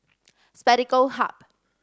Spectacle Hut